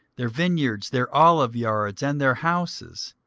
their vineyards, their oliveyards, and their houses,